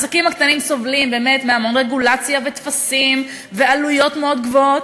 העסקים הקטנים סובלים באמת מהמון רגולציה וטפסים ועלויות מאוד גבוהות.